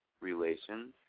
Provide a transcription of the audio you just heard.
relations